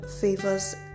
favors